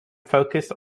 focused